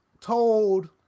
told